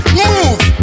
move